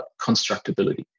constructability